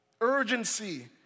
Urgency